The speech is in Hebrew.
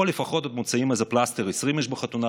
פה לפחות עוד מוצאים איזה פלסטר: 20 איש בחתונה,